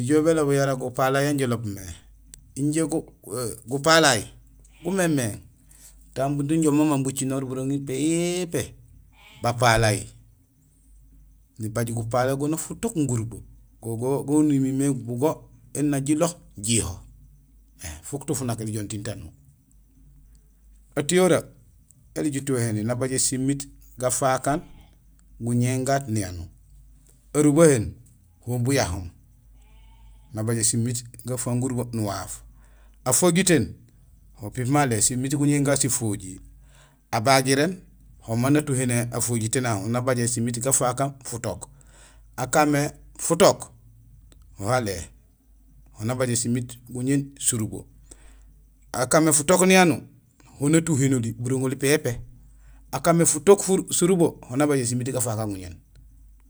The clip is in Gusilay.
Nijool bélobul yara gupalay yan jiloob mé injé gupalay gumémééŋ, kan budung joom mama bucinoor buroŋil pépé bapalay. Nibaaj gupalay goni futook gurubo go go nimimé bugo éli na jilo jiyuho fuk tufunak. Ēli jon tiin tanuur. Atiyoree éli jituhénil, nabajé simiit gafaak aan guñéén gaat niyanuur, arubahéén ho buyahoom; nabajé simiit gafang gurubo nuwaaf, afojitéén ho pipimay alé simiit guñéén gaat sifojiir, abagiréén ho may natuhéné afojitéén ahu nabajé simiit gafaak aan futook, ha kan mé futook ho alé ho nabajé simiit guñéén surubo, ha kan mé futook niyanuur ho natuhénoli buroŋoli pépé, ha kan mé futook surubo ho nabajé simiit gafaak aan guñéén.